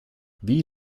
wie